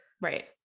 Right